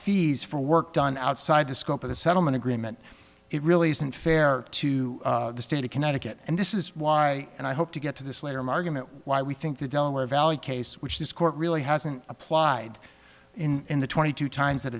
fees for work done outside the scope of the settlement agreement it really isn't fair to the state of connecticut and this is why and i hope to get to this later margaret why we think the delaware valley case which this court really hasn't applied in in the twenty two times that